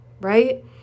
right